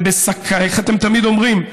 ובאיזושהי, איך אתם תמיד אומרים?